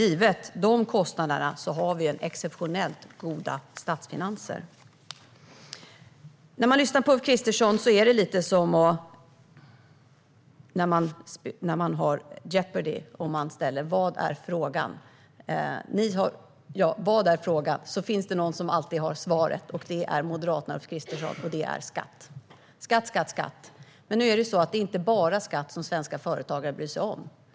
Givet dessa kostnader har vi exceptionellt goda statsfinanser. När man lyssnar på Ulf Kristersson är det lite som Jeopardy . Skatt, är alltid svaret från Moderaternas Ulf Kristersson. Skatt, skatt, skatt! Men nu är det så att svenska företagare inte bara bryr sig om skatt.